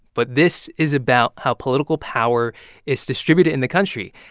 but this is about how political power is distributed in the country.